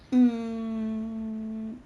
mm